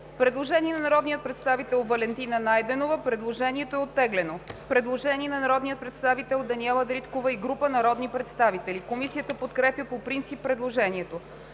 Предложение на народния представител Валентина Найденова. Предложението е оттеглено. Предложение на народния представител Даниела Дариткова и група народни представители. Комисията подкрепя предложението.